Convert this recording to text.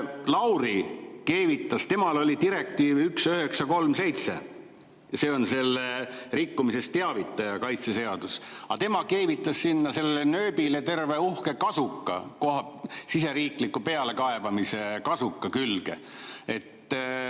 Lauri keevitas – temal oli direktiiv 1937, see on see rikkumisest [teavitava inimese] kaitse seadus – sinna sellele nööbile terve uhke kasuka, siseriikliku pealekaebamise kasuka külge.